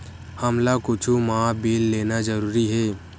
हमला कुछु मा बिल लेना जरूरी हे?